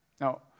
Now